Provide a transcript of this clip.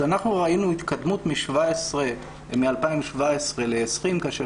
אנחנו ראינו התקדמות מ-2017 ל-2020 כאשר